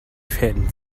fäden